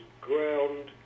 ground